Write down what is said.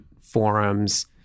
forums